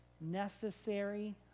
necessary